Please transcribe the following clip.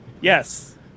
Yes